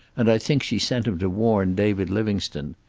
and i think she sent him to warn david livingstone.